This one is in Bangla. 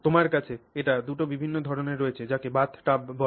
তোমার কাছে এটি 2 টি বিভিন্ন ধরণের রয়েছে যাকে bath tub বলে